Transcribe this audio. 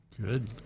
Good